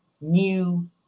new